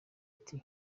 ati